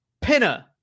Pinner